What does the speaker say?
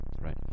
Right